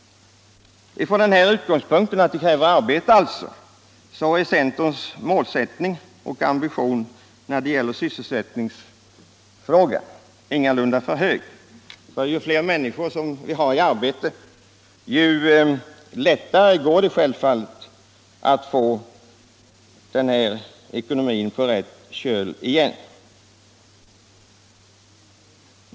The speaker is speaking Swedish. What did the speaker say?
Från den utgångspunkten är centerns målsättning och ambition när det gäller sysselsättningsfrågor inte för hög. Ju fler som är i arbete, desto lättare går det att få ekonomin på rätt köl.